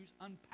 unpack